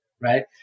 right